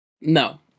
No